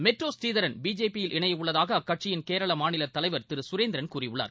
metro Sreedharan BJP யில் இணைய உள்ளதாக அக்கட்சியின் கேரள மாநில தலைவா் திரு சுரேந்திரன் கூறியுள்ளார்